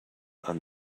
and